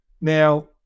Now